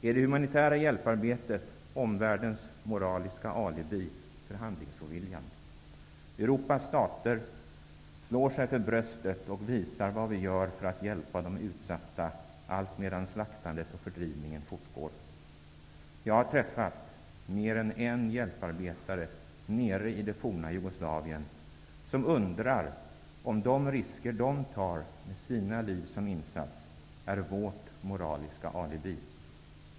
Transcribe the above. Är det humanitära hjälparbetet omvärldens moraliska alibi för handlingsoviljan? Europas stater slår sig för bröstet och visar vad vi gör för att hjälpa de utsatta, alltmedan slaktandet och fördrivningen fortgår. Jag har träffat mer än en hjälparbetare nere i det forna Jugoslavien som undrar om de risker de tar med sina liv som insats är vårt moraliska alibi.